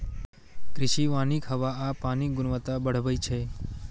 कृषि वानिक हवा आ पानिक गुणवत्ता बढ़बै छै